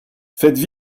faites